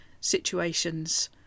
situations